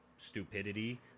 stupidity